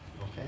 okay